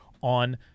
on